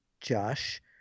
Josh